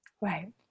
right